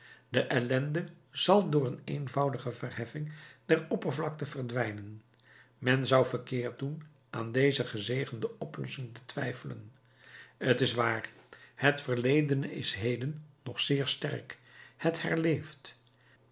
de ellende zal door een eenvoudige verheffing der oppervlakte verdwijnen men zou verkeerd doen aan deze gezegende oplossing te twijfelen t is waar het verledene is heden nog zeer sterk het herleeft